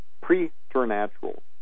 preternatural